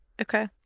Okay